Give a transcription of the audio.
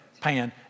pan